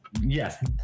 Yes